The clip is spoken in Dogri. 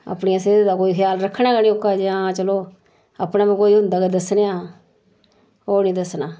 अपनी सेह्द दा ख्याल कोई रक्खना गै नी ओह्का जे हां जे चलो अपना बी कोई होंदा के दस्सने आं ओह् नी दस्सना